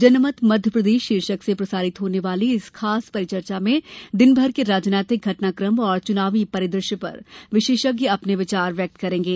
जनमत मध्यप्रदेश शीर्षक से प्रसारित होने वाली इस खास परिचर्चा में दिनभर के राजनैतिक घटना क्रम और चुनावी परिदृश्य पर विशेषज्ञ अपने विचार व्यक्त करेंगे